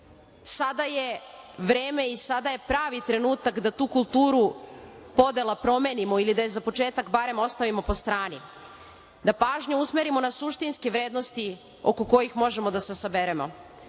je vreme i sada je pravi trenutak da tu kulturu podela promenimo ili već za početak, barem ostavimo po strani, da pažnju usmerimo na suštinske vrednosti oko kojih možemo da se saberemo.